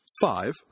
five